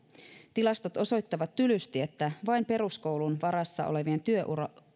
tilastot osoittavat tylysti että vain peruskoulun varassa olevien työura